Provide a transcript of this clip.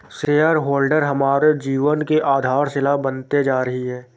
share holder हमारे जीवन की आधारशिला बनते जा रही है